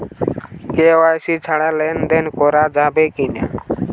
KYC ছাড়া লেনদেন করা যাবে কিনা?